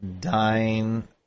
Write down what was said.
Dine